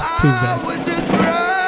Tuesday